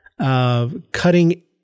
cutting